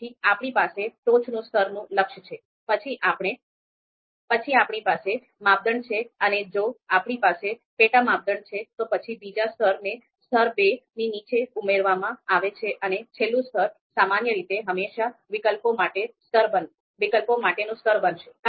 તેથી આપણી પાસે ટોચનું સ્તરનું લક્ષ્ય છે પછી આપણી પાસે માપદંડ છે અને જો આપણી પાસે પેટા માપદંડ છે તો પછી બીજા સ્તરને સ્તર 2 ની નીચે ઉમેરવામાં આવે છે અને છેલ્લું સ્તર સામાન્ય રીતે હંમેશા વિકલ્પો માટેનું સ્તર બનશે